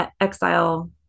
Exile